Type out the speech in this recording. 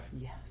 Yes